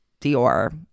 Dior